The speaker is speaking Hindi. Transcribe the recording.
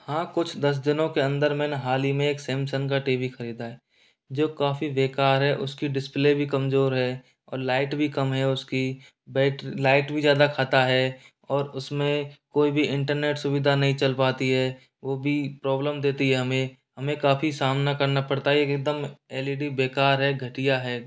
हाँ कुछ दस दिनों के अन्दर मैंने हालही में एक सैमसंग का टी वी ख़रीदा है जो काफ़ी बेकार है उस की डिस्प्ले भी कमज़ोर है और लाइट भी कम है उस की बैट लाइट भी ज़्यादा खाता है और उस में कोई भी इन्टरनेट सुविधा नहीं चल पाती है वो भी प्रोब्लम देती है हमें हमें काफ़ी सामना करना पड़ता है एक दम एल इ डी बेकार है घटिया है